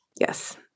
Yes